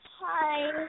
Hi